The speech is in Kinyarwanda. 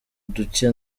duke